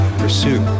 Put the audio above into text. pursue